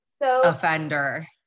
offender